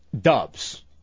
Dubs